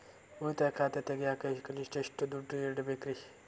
ಉಳಿತಾಯ ಖಾತೆ ತೆಗಿಯಾಕ ಕನಿಷ್ಟ ಎಷ್ಟು ದುಡ್ಡು ಇಡಬೇಕ್ರಿ?